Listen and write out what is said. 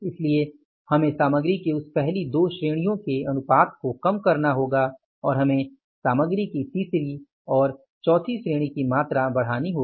इसलिए हमें सामग्री की उस पहली 2 श्रेणियों के अनुपात को कम करना होगा और हमें सामग्री की तीसरी और चौथी श्रेणी की मात्रा बढ़ानी होगी